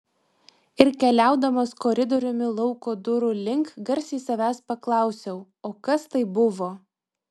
ir keliaudamas koridoriumi lauko durų link garsiai savęs paklausiau o kas tai buvo